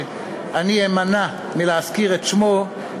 שאני אמנע מלהזכיר את שמה,